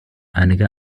einige